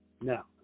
Now